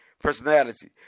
personality